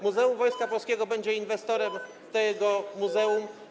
Muzeum Wojska Polskiego będzie inwestorem tego muzeum.